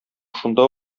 шунда